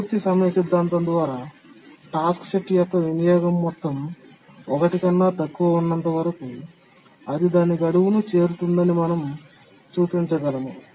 పూర్తి సమయ సిద్ధాంతం ద్వారా టాస్క్ సెట్ యొక్క వినియోగం మొత్తం 1 కన్నా తక్కువ ఉన్నంతవరకు అది దాని గడువును చేరుతుందని మనం చూపించగలము